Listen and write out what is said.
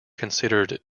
considered